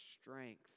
strength